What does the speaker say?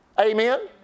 Amen